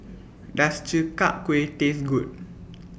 Does Chi Kak Kuih Taste Good